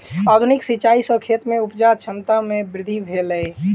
आधुनिक सिचाई सॅ खेत में उपजा क्षमता में वृद्धि भेलै